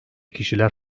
kişiler